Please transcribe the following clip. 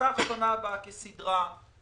תיפתח שנה הבאה כסדרה בזכות החיסונים.